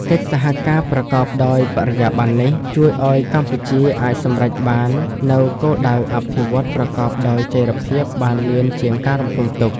កិច្ចសហការប្រកបដោយបរិយាប័ន្ននេះ ជួយឱ្យកម្ពុជាអាចសម្រេចបាននូវគោលដៅអភិវឌ្ឍន៍ប្រកបដោយចីរភាពបានលឿនជាងការរំពឹងទុក។